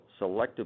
selectively